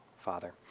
Father